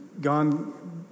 gone